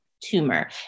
tumor